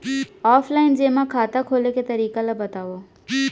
Offline जेमा खाता खोले के तरीका ल बतावव?